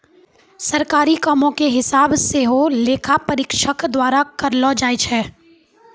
सरकारी कामो के हिसाब सेहो लेखा परीक्षक द्वारा करलो जाय छै